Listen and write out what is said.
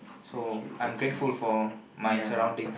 so I'm grateful for my surroundings